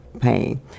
Pain